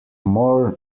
more